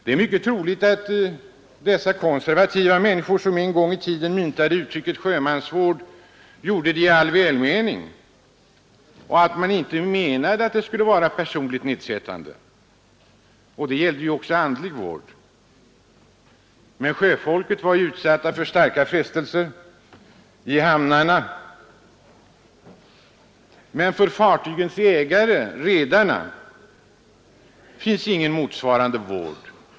Det är mycket troligt att de konservativa människor som en gång i tiden myntade uttrycket sjömansvård gjorde det i all välmening och inte menade att det skulle vara personligt nedsättande — det gällde ju också andlig vård — men sjöfolket var förstås utsatt för starka frestelser i hamnarna. För fartygens ägare, redarna, finns emellertid ingen motsvarande vård.